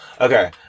Okay